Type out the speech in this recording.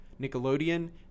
Nickelodeon